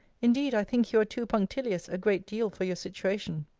indeed i think you are too punctilious a great deal for you situation.